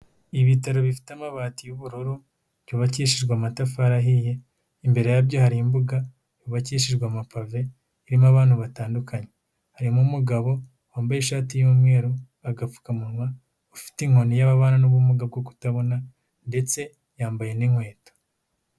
Ibitaro bifite amabati y'ubururu, byubakishijwe amatafari ahiye, imbere yabyo hari imbuga yubakishijwe amapave, irimo abantu batandukanye. Harimo umugabo wambaye ishati y'umweru, agapfukamunwa, ufite inkoni y'ababana n'ubumuga bwo kutabona ndetse yambaye n'inkweto.